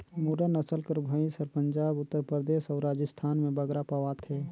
मुर्रा नसल कर भंइस हर पंजाब, उत्तर परदेस अउ राजिस्थान में बगरा पवाथे